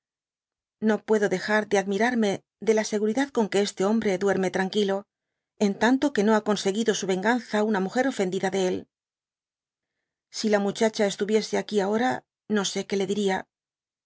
no puedo dejar de admirarme de la seguridad con que este hombre duerme tranquilo en tanto que no ha conseguido su venganza una múger ofendida de si la muchacha estuviese aquí ahora no sé que le diña